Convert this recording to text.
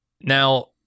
Now